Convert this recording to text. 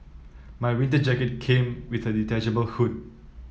my winter jacket came with a detachable hood